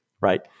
right